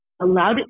allowed